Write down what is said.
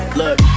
look